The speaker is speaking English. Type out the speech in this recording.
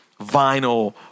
vinyl